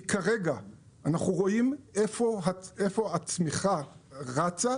כי, כרגע אנחנו רואים איפה הצמיחה רצה,